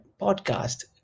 podcast